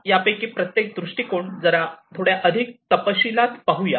चला यापैकी प्रत्येक दृष्टिकोन जरा थोड्या अधिक तपशीलात पाहूया